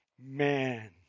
Man